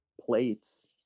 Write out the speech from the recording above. plates